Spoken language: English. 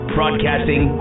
Broadcasting